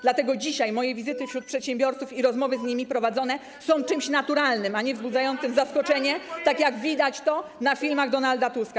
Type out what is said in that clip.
Dlatego dzisiaj moje wizyty wśród przedsiębiorców i rozmowy z nimi prowadzone są czymś naturalnym, a nie wzbudzającym zaskoczenie, tak jak widać to na filmach Donalda Tuska.